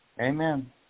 Amen